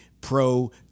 pro